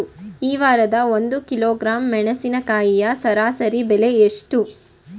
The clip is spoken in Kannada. ಈ ವಾರ ಒಂದು ಕಿಲೋಗ್ರಾಂ ಮೆಣಸಿನಕಾಯಿಯ ಸರಾಸರಿ ಬೆಲೆ ಎಷ್ಟು?